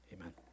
Amen